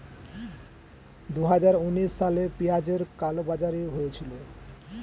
দুহাজার উনিশ সালে পেঁয়াজের কালোবাজারি হয়েছিল